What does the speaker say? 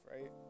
right